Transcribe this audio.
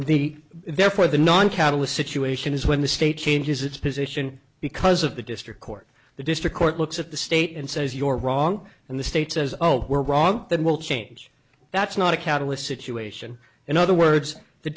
the therefore the non catalyst situation is when the state changes its position because of the district court the district court looks at the state and says your wrong and the state says oh we're wrong then we'll change that's not a catalyst situation in other words the